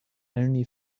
only